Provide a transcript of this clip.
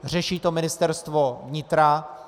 Řeší to Ministerstvo vnitra.